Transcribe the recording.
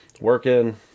Working